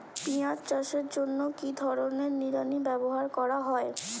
পিঁয়াজ চাষের জন্য কি ধরনের নিড়ানি ব্যবহার করা হয়?